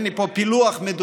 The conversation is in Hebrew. אין לי פה פילוח מדויק,